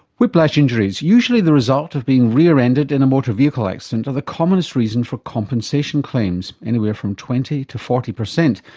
whiplash injuries, usually the result of being rear-ended in a motor vehicle accident, are the commonest reason for compensation claims, anywhere from twenty percent to forty percent,